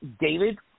David